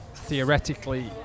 theoretically